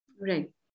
Right